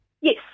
Yes